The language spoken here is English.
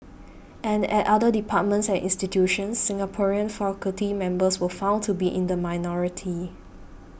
and at other departments and institutions Singaporean faculty members were found to be in the minority